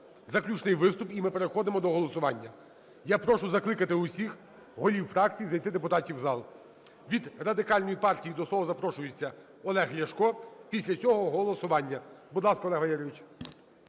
Заключний виступ, і ми переходимо до голосування. Я прошу закликати всіх голів фракцій зайти депутатів в зал. Від Радикальної партії до слова запрошується Олег Ляшко. Після цього – голосування. Будь ласка, Олег Валерійович.